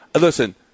listen